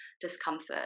discomfort